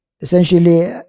Essentially